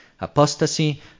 Apostasy